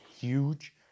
huge